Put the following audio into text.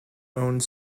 owned